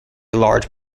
large